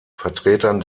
vertretern